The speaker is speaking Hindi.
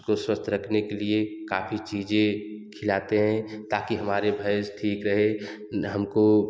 इसको स्वस्थ रखने के लिए काफी चीज़ें खिलाते हैं ताकि हमारे भैंस ठीक रहे हमको